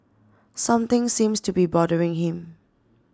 something seems to be bothering him